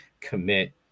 commit